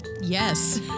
yes